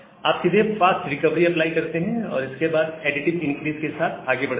आप सीधे fast recovery apply करते हैं और इसके बाद एडिटिव इनक्रीस के साथ आगे बढ़ते हैं